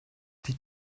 die